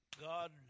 God